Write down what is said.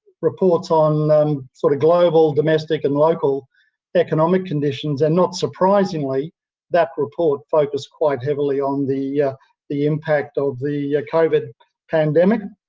reports on um sort of global domestic and local economic conditions and, not surprisingly that report focussed quite heavily on the yeah the impact of the covid pandemic.